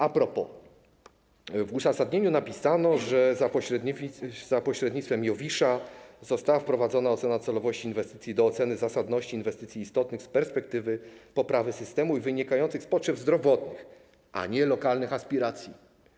A propos w uzasadnieniu napisano, że za pośrednictwem IOWISZ została wprowadzona ocena celowości inwestycji do oceny zasadności inwestycji istotnych z perspektywy poprawy systemu i wynikających z potrzeb zdrowotnych, a nie lokalnych aspiracji.